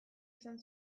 izan